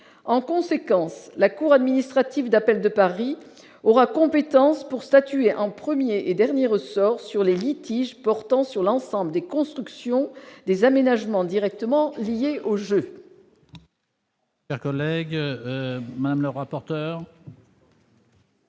en conséquence la cour administrative d'appel de Paris aura compétence pour statuer en 1er et dernier ressort sur les litiges portant sur l'ensemble des constructions des aménagements directement liés au jeu.